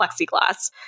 plexiglass